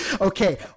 Okay